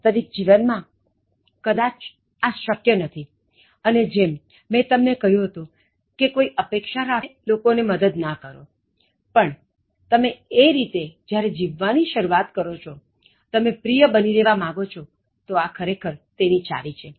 વાસ્તવિક જીવનમાં કદાચ આ શક્ય નથી અને જેમ મેં તમને કહ્યું હતું કે કોઈ અપેક્ષા રાખીને લોકો ને મદદ ન કરો પણ તમે એ રીતે જ્યારે જીવવા ની શરૂઆત કરો છો તમે પ્રિય બની રહેવા માગો છો તો ખરેખર આ તેની ચાવી છે